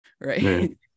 right